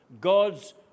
God's